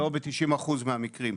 לא בכמות כזאת, לא ב-90 אחוז מהמקרים.